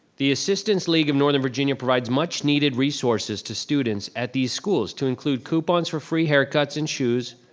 the assistance league of northern virginia provides much needed resources to students at these schools to include coupons for free haircuts and shoes,